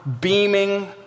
beaming